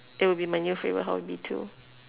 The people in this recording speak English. it'll be my new favourite hobby too